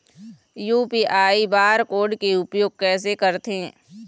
UPI bar code के उपयोग कैसे करथें?